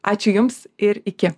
ačiū jums ir iki